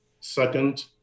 Second